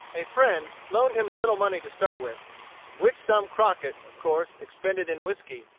a friend loaned him a little money to start with which sum crockett, of course, expended in whiskey,